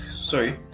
sorry